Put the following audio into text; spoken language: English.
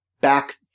back